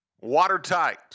watertight